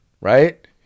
right